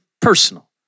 personal